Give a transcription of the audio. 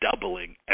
doubling